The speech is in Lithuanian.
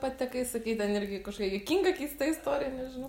patekai sakai ten irgi kažkokia juokinga keista istorija oi nežinau